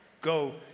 go